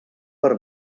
per